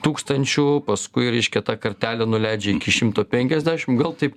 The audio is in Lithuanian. tūkstančių paskui reiškia tą kartelę nuleidžia iki šimto penkiasdešim gal taip